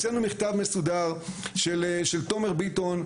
של תומר ביטון,